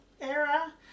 era